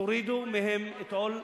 תורידו מהם את עול,